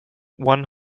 one